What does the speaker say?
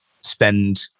spend